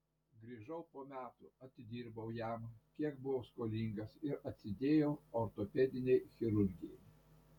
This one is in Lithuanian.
grįžau po metų atidirbau jam kiek buvau skolingas ir atsidėjau ortopedinei chirurgijai